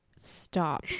stop